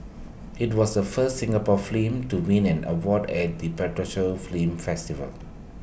IT was the first Singapore film to win an award at the prestigious film festival